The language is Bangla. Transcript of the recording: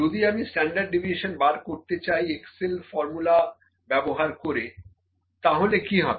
যদি আমি স্ট্যান্ডার্ড ডেভিয়েশন বার করতে চাই এক্সেল ফর্মুলা ব্যবহার করে তাহলে কি হবে